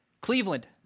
Cleveland